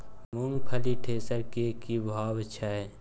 मूंगफली थ्रेसर के की भाव छै?